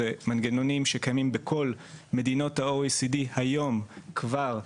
זה מנגנונים שקיימים בכל מדינות ה-OECD היום כבר,